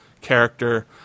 character